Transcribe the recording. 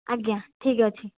ଆଜ୍ଞା ଠିକ୍ ଅଛି